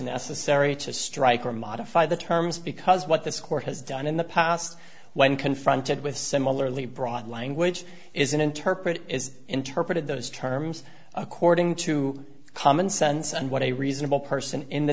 necessary to strike or modify the terms because what this court has done in the past when confronted with similarly broad language is an interpret is interpreted those terms according to common sense and what a reasonable person in the